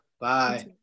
Bye